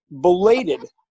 belated